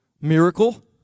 Miracle